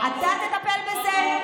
אתה תטפל בזה?